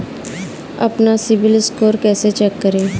अपना CIBIL score कैसे check करें?